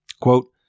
quote